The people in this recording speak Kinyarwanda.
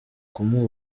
kumuha